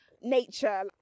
nature